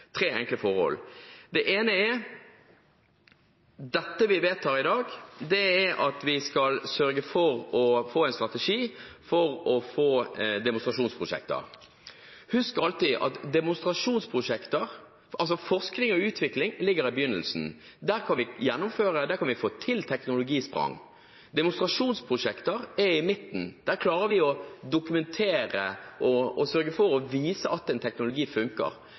forhold. Det ene er at det vi vedtar i dag, er at vi skal sørge for å få en strategi for å få demonstrasjonsprosjekter. Husk alltid at forskning og utvikling ligger i begynnelsen. Der kan vi gjennomføre, og der kan vi få til teknologisprang. Demonstrasjonsprosjekter er i midten. Der klarer vi å dokumentere og sørge for å vise at en teknologi funker.